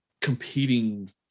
competing